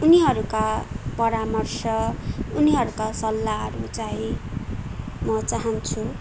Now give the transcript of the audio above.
उनीहरूका परामर्श उनीहरूका सल्लाहहरू चाँहि म चाहान्छु